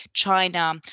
China